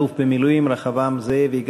אלוף במילואים רחבעם זאבי,